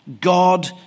God